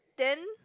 then